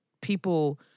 people